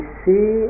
see